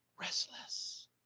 Restless